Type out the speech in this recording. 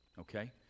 Okay